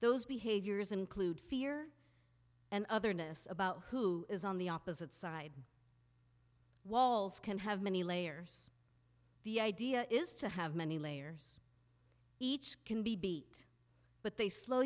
those behaviors include fear and otherness about who is on the opposite side walls can have many layers the idea is to have many layers each can be beat but they slow